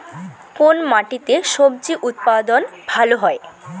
কোন মাটিতে স্বজি উৎপাদন ভালো হয়?